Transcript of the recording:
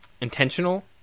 intentional